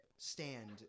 stand